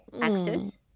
actors